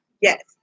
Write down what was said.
Yes